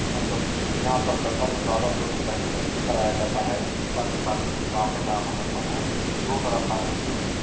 مطلب جہاں پر بچوں کو زیادہ تر ذہین نشین کرایا جاتا ہے ہندوستان کے تعلیمی نظام میں جہاں پر بچوں کو دو طرح کا کے